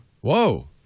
Whoa